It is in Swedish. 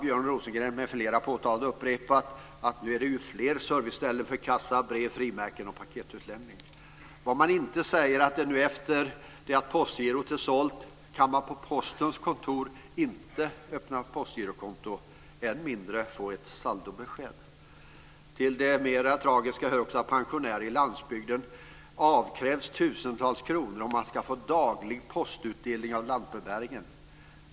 Björn Rosengren m.fl. har påtalat och upprepat att det nu är fler serviceställen för kassa, brev, frimärken och paketutlämning. Vad man inte säger är att efter det att Postgirot har sålts kan man inte på postens kontor öppna postgirokonto, än mindre få ett saldobesked. Till det mera tragiska hör också att pensionärer i landsbygden avkrävs tusentals kronor om de ska få daglig postutdelning av lantbrevbärare.